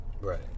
Right